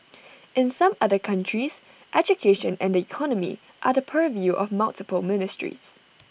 in some other countries education and the economy are the purview of multiple ministries